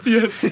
Yes